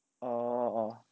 oh oh